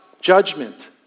judgment